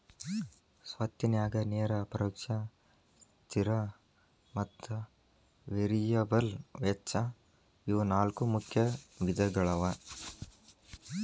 ಸ್ವತ್ತಿನ್ಯಾಗ ನೇರ ಪರೋಕ್ಷ ಸ್ಥಿರ ಮತ್ತ ವೇರಿಯಬಲ್ ವೆಚ್ಚ ಇವು ನಾಲ್ಕು ಮುಖ್ಯ ವಿಧಗಳವ